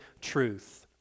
truth